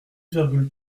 virgule